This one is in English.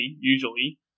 usually